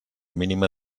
mínima